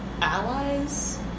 allies